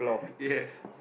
yes